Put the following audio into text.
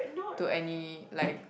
to any like